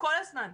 כל הזמן.